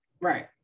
Right